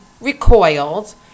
recoiled